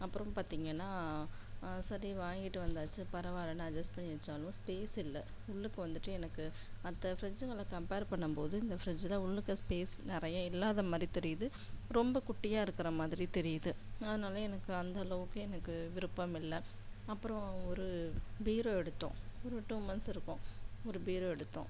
அப்புறம் பார்த்தீங்கன்னா சரி வாங்கிட்டு வந்தாச்சு பரவால்லன்னு அட்ஜஸ் பண்ணி வச்சாலும் ஸ்பேஸ் இல்லை உள்ளுக்கு வந்துட்டு எனக்கு மற்ற ஃப்ரிட்ஜுங்களை கம்ப்பேர் பண்ணும் போது இந்த ஃப்ரிட்ஜுல் உள்ளுக்க ஸ்பேஸ் நிறையா இல்லாத மாரி தெரியுது ரொம்ப குட்டியாக இருக்கிற மாதிரி தெரியுது அதனால் எனக்கு அந்த அளவுக்கு எனக்கு விருப்பம் இல்லை அப்புறம் ஒரு பீரோ எடுத்தோம் ஒரு டூ மந்த்ஸ் இருக்கும் ஒரு பீரோ எடுத்தோம்